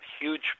huge